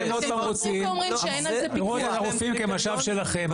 אתם רואים את הרופאים כמשאב שלכם,